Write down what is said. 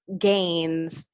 gains